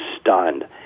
stunned